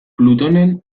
plutonen